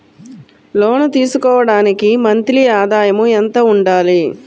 లోను తీసుకోవడానికి మంత్లీ ఆదాయము ఎంత ఉండాలి?